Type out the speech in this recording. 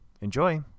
Enjoy